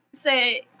say